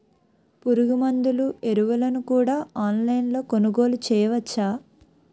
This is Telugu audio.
పురుగుమందులు ఎరువులను కూడా ఆన్లైన్ లొ కొనుగోలు చేయవచ్చా?